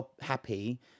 happy